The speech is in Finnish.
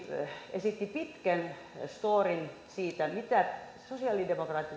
esitti pitkän stoorin siitä mitä sosialidemokraatit